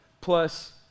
plus